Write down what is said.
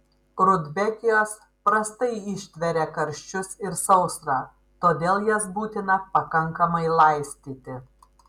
rudbekijos prastai ištveria karščius ir sausrą todėl jas būtina pakankamai laistyti